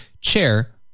chair